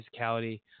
physicality